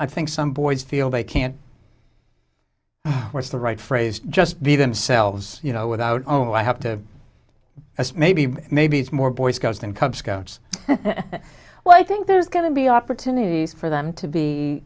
i think some boys feel they can't force the right phrase just be themselves you know without oh i have to as maybe maybe it's more boy scouts than cub scouts well i think there's going to be opportunities for them to be